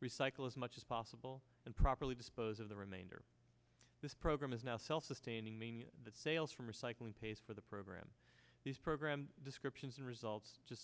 recycle as much as possible and properly dispose of the remainder this program is now self sustaining meaning that sales for recycling pays for the program this program descriptions results just